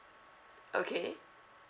okay